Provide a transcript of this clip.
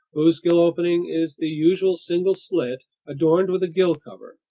whose gill opening is the usual single slit adorned with a gill cover,